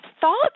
Thoughts